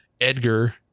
Edgar